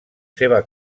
seva